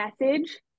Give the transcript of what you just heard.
message